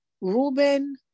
Reuben